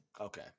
Okay